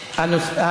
הדרך.